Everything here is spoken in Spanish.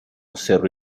cerro